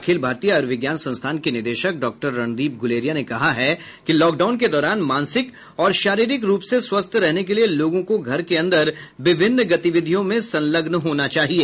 अखिल भारतीय आयुर्विज्ञान संस्थान के निदेशक डॉक्टर रणदीप गुलेरिया ने कहा है कि लॉकडाउन के दौरान मानसिक और शारीरिक रूप से स्वस्थ रहने के लिए लोगों को घर के अंदर विभिन्न गतिविधियों में संलग्न होना चाहिए